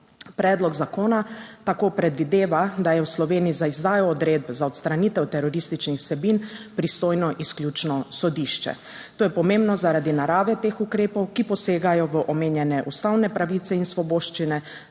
Predlog zakona tako predvideva, da je v Sloveniji za izdajo odredbe za odstranitev terorističnih vsebin pristojno izključno sodišče. To je pomembno zaradi narave teh ukrepov, ki posegajo v omenjene ustavne pravice in svoboščine,